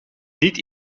niet